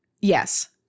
Yes